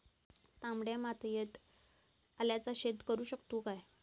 तामड्या मातयेत आल्याचा शेत करु शकतू काय?